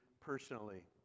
personally